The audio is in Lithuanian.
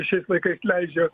šiais laikais leidžia